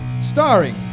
starring